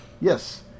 yes